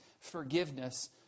forgiveness